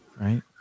right